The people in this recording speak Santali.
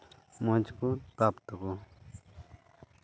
ᱢᱚᱡᱽ ᱜᱮᱠᱚ ᱛᱟᱵ ᱛᱟᱠᱚᱣᱟ